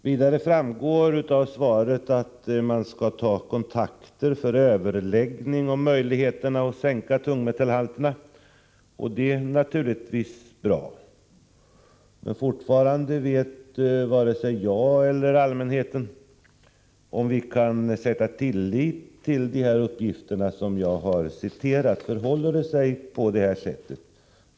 Vidare framgår det av svaret att naturvårdsverket skall ta kontakter för överläggning om möjligheterna att sänka tungmetallhalterna, och det är naturligtvis bra. Men fortfarande vet inte vare sig jag eller allmänheten om vi kan sätta tillit till de uppgifter som jag har refererat. Förhåller det sig på detta sätt?